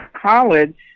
college